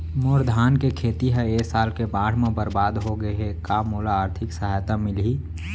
मोर धान के खेती ह ए साल के बाढ़ म बरबाद हो गे हे का मोला आर्थिक सहायता मिलही?